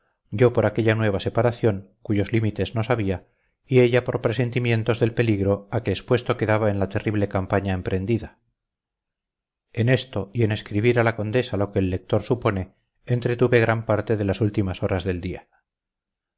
yo por aquella nueva separación cuyos límites no sabía y ella por presentimientos del peligro a que expuesto quedaba en la terrible campaña emprendida en esto y en escribir a la condesa lo que el lector supone entretuve gran parte de las últimas horas del día